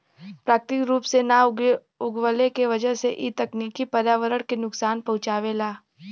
प्राकृतिक रूप से ना उगवले के वजह से इ तकनीकी पर्यावरण के नुकसान पहुँचावेला